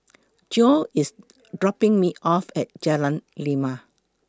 Geo IS dropping Me off At Jalan Lima